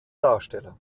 darsteller